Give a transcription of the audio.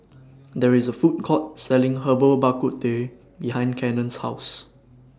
There IS A Food Court Selling Herbal Bak Ku Teh behind Cannon's House